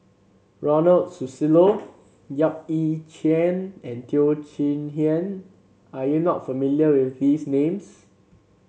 Ronald Susilo Yap Ee Chian and Teo Chee Hean are you not familiar with these names